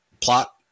plot